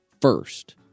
first